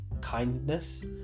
kindness